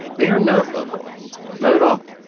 they are not local not at all.